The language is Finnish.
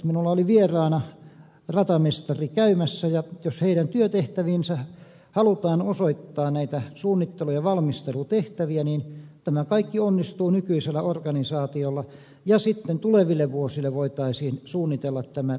minulla oli vieraana ratamestari käymässä ja jos ratamestarien työtehtäviin halutaan osoittaa näitä suunnittelu ja valmistelutehtäviä niin tämä kaikki onnistuu nykyisellä organisaatiolla ja sitten tuleville vuosille voitaisiin suunnitella tämä käyttöönotto